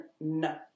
no